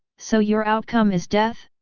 so your outcome is death?